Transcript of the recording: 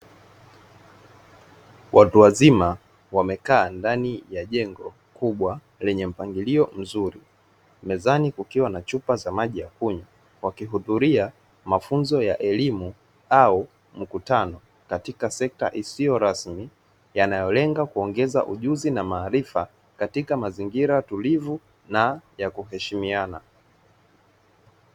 Watu wazima wamekaa ndani ya jengo kubwa lenye mpangilio mzuri, mezani kukiwa na chupa za maji ya kunywa, wakihudhuria elimu au mkutano katika sekta isiyo rasmi, yanayolenga kuongeza elimu na maarifa katika mazingira tulivu na ya kuheshimiana.